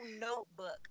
notebook